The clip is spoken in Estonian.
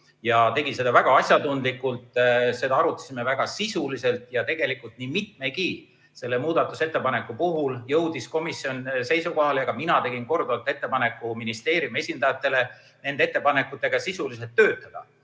ja tegi seda väga asjatundlikult, me arutasime väga sisuliselt ja tegelikult nii mitmegi muudatusettepaneku puhul jõudis komisjon seisukohale – ka mina tegin korduvalt ettepaneku ministeeriumi esindajatele –, et nende ettepanekutega tuleb sisuliselt töötada.